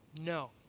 No